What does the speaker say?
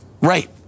Right